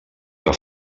que